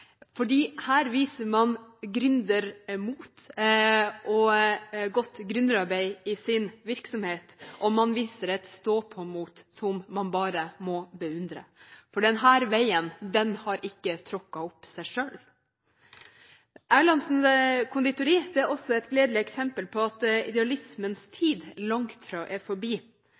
Her viser man gründermot og godt gründerarbeid i sin virksomhet, og man viser et stå-på-mot som man bare må beundre. Denne veien er ikke tråkket opp av seg selv. Erlandsens Conditori er også et gledelig eksempel på at idealismens tid langt fra er forbi.